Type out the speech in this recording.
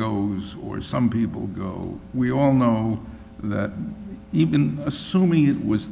goes or some people go we all know that even assuming it was